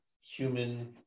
human